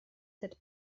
cette